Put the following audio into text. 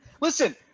Listen